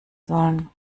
sollen